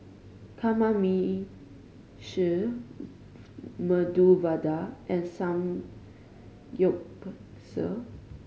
Kamameshi Medu Vada and Samgyeopsal